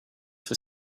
for